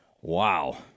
Wow